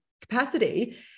capacity